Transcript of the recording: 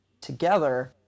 together